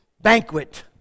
banquet